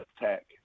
attack